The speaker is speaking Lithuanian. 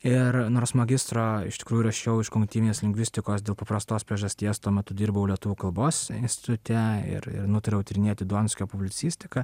ir nors magistrą iš tikrųjų rašiau iš kognityvinės lingvistikos dėl paprastos priežasties tuo metu dirbau lietuvių kalbos institute ir ir nutariau tyrinėti donskio publicistiką